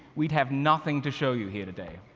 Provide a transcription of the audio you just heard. we'd have nothing to show you here today.